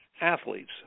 athletes